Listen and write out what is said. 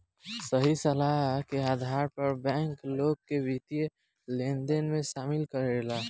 सही सलाह के आधार पर बैंक, लोग के वित्तीय लेनदेन में शामिल करेला